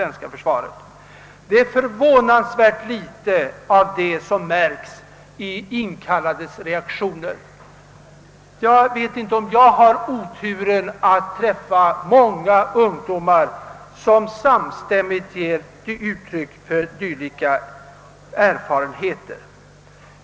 Detta har givit ett förvånansvärt litet utslag i de inkallades reaktioner. Jag vet inte om jag har en speciell otur att träffa just de ungdomar som har sådana erfarenheter.